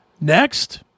Next